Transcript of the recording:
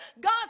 God